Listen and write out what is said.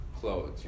clothes